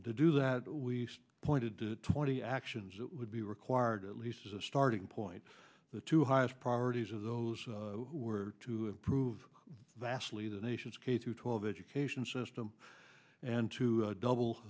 to do that we pointed to twenty actions that would be required at least as a starting point the two highest priorities of those who are to improve vastly the nation's k through twelve education system and to double